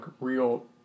real